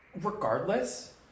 regardless